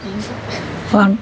one